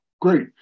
Great